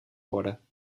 worden